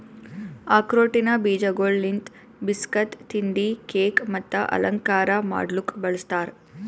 ಆಕ್ರೋಟಿನ ಬೀಜಗೊಳ್ ಲಿಂತ್ ಬಿಸ್ಕಟ್, ತಿಂಡಿ, ಕೇಕ್ ಮತ್ತ ಅಲಂಕಾರ ಮಾಡ್ಲುಕ್ ಬಳ್ಸತಾರ್